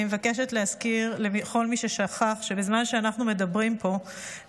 אני מבקשת להזכיר לכל מי ששכח שבזמן שאנחנו מדברים פה,